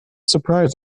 surprised